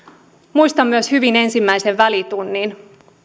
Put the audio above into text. muistan myös hyvin ensimmäisen välitunnin